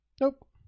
Nope